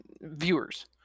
viewers